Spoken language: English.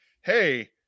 Hey